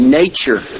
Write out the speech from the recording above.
nature